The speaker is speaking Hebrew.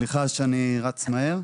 סליחה שאני רץ מהר.